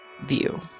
view